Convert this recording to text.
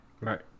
Right